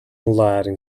laden